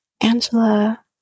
Angela